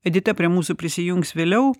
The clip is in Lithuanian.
edita prie mūsų prisijungs vėliau